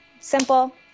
Simple